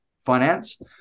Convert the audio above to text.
finance